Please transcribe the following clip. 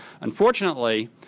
Unfortunately